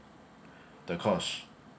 the cost